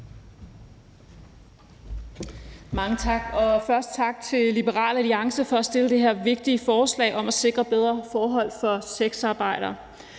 Mange tak, og først tak til Liberal Alliance for at fremsætte det her vigtige forslag om at sikre bedre forhold for sexarbejdere.